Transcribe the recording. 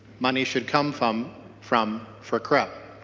money should come from from for crep.